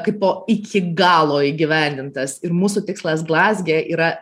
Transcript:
kaipo iki galo įgyvendintas ir mūsų tikslas glazge yra